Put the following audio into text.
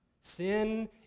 Sin